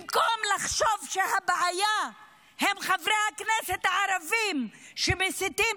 במקום לחשוב שהבעיה היא חברי הכנסת הערבים שמסיתים,